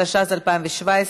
התשע"ז 2017,